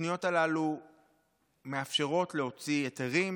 התוכניות הללו מאפשרות להוציא היתרים